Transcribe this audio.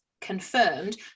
confirmed